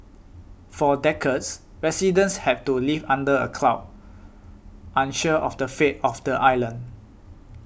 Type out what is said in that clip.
for decades residents had to live under a cloud unsure of the fate of the island